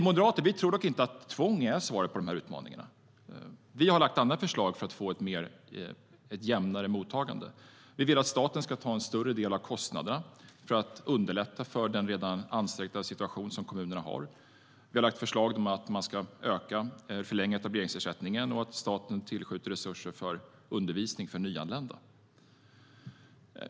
Vi moderater tror dock inte att tvång är svaret på de här utmaningarna. Vi har lagt fram andra förslag för att få ett jämnare mottagande. Vi vill att staten ska ta en större del av kostnaden för att underlätta den redan ansträngda situation som kommunerna har. Vi har lagt fram förslag om att man ska förlänga etableringsersättningen och att staten ska tillskjuta resurser för undervisning för nyanlända.